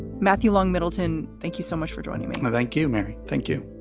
matthew long middleton, thank you so much for joining me. thank you, mary. thank you.